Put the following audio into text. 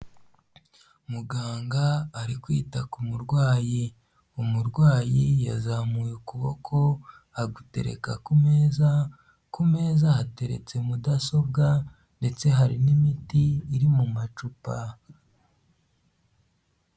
Muganga ari kwita ku murwayi, umurwayi yazamuye ukuboko agutereka ku meza, ku meza yateretse mudasobwa ndetse hari n'imiti iri mu macupa.